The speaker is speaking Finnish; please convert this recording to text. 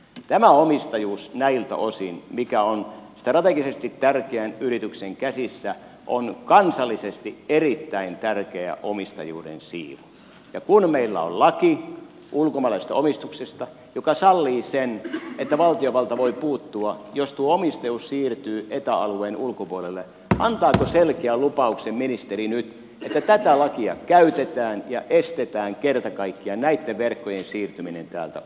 tämä omistajuus näiltä osin mikä on strategisesti tärkeän yrityksen käsissä on kansallisesti erittäin tärkeä omistajuuden siivu ja kun meillä on laki ulkomaalaisesta omistuksesta joka sallii sen että valtiovalta voi puuttua jos tuo omistajuus siirtyy eta alueen ulkopuolelle antaako selkeän lupauksen ministeri nyt että tätä lakia käytetään ja estetään kerta kaikkiaan näitten verkkojen siirtyminen täältä ulos